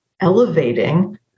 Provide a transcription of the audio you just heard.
elevating